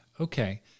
Okay